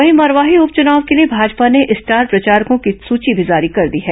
वहीं मरवाही उपचुनाव के लिए भाजपा ने स्टार प्रचारकों की सूची भी जारी कर दी है